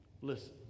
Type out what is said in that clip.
listen